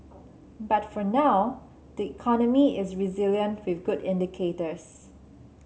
but for now the economy is resilient with good indicators